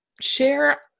share